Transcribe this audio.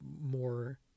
more